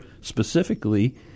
specifically